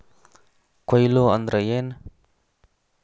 ಕೊಯ್ಲು ಅಂದ್ರ ಏನ್?